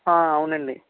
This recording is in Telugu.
అవునండి